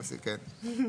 כן.